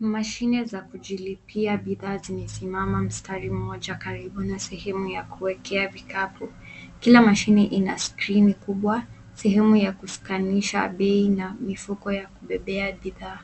Mashine za kujilipia bidhaa zimesimama msitari mmoja karibu na sehemu ya kuwekea vikapu. Kila mashine ina skrini kubwa, sehemu ya kusikanisha bei na mifuko ya kubebea bidhaa.